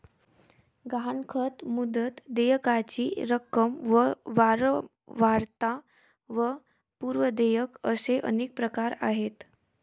गहाणखत, मुदत, देयकाची रक्कम व वारंवारता व पूर्व देयक असे अनेक प्रकार आहेत